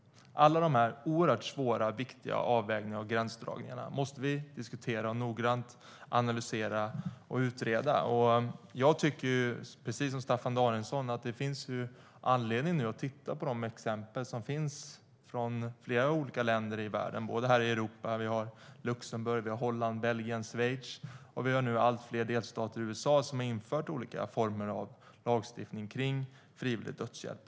Alla dessa oerhört svåra och viktiga avvägningar och gränsdragningar måste vi diskutera noggrant, analysera och utreda. Jag tycker precis som Staffan Danielsson att det finns anledning att titta på de exempel som finns i flera olika länder i världen. De finns både här i Europa - vi har Luxemburg, Holland, Belgien och Schweiz - och i USA, där allt fler delstater har infört olika former av lagstiftning kring frivillig dödshjälp.